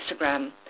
Instagram